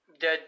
dead